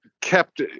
kept